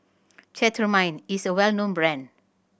Cetrimide is a well known brand